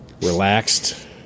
relaxed